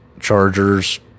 Chargers